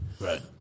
Right